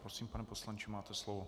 Prosím, pane poslanče, máte slovo.